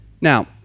Now